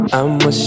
I'ma